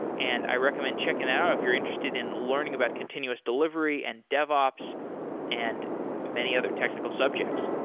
and i recommend checking it out if you're interested in learning about continuous delivery and devops and many other technical subjects.